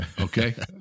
Okay